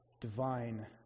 divine